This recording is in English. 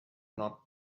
not